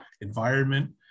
environment